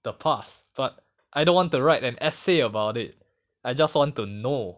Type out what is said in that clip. the past but I don't want to write an essay about it I just want to know